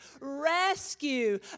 rescue